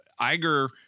Iger